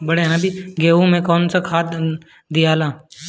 गेहूं मे कौन खाद दियाला?